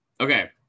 Okay